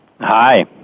Hi